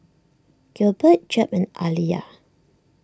Gilbert Jep and Aaliyah